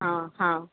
हा हो